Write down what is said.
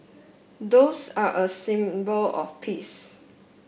doves are a symbol of peace